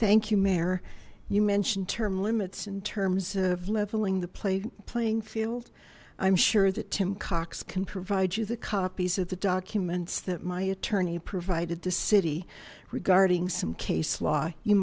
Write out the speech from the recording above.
thank you mayor you mentioned term limits in terms of leveling the playing field i'm sure that tim cox can provide you the copies of the documents that my attorney provided the city regarding some case law you